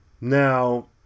Now